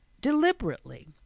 Deliberately